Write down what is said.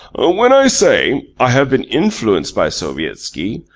when i say i have been influenced by sovietski,